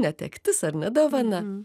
netektis ar ne dovana